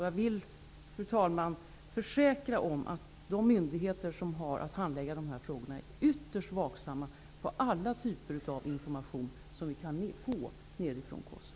Jag vill, fru talman, försäkra att de myndigheter som har att handlägga dessa frågor är ytterst vaksamma när det gäller alla typer av information som kan erhållas nerifrån Kosovo.